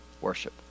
worship